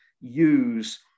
use